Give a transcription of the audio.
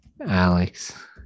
Alex